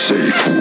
Safe